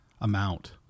amount